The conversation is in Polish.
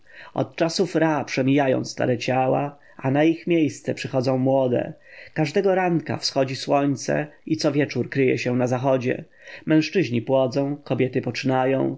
od czasów re przemijają stare ciała a na ich miejsce przychodzą młode każdego ranka wschodzi słońce i co wieczór kryje się na zachodzie mężczyźni płodzą kobiety poczynają